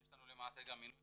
יש לנו גם מינוי חדש,